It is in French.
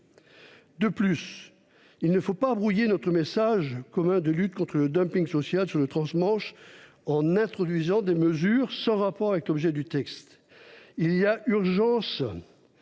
De plus, il ne faut pas brouiller notre message commun de lutte contre le dumping social sur le transmanche en introduisant des mesures sans rapport avec l'objet du texte. Il est urgent